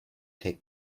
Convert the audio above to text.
take